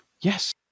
Yes